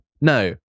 No